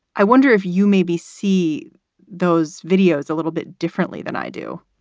i wonder if you maybe see those videos a little bit differently than i do